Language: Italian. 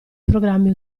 programmi